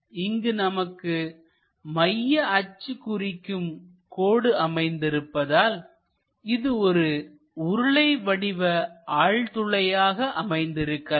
இங்கு நமக்கு மைய அச்சு குறிக்கும் கோடு அமைந்திருப்பதால் இது ஒரு உருளை வடிவ ஆழ்துளையாக அமைந்திருக்கலாம்